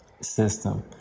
system